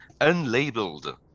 unlabeled